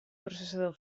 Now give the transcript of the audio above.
processador